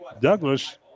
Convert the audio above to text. Douglas